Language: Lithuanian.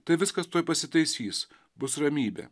tai viskas tuoj pasitaisys bus ramybė